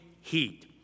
heat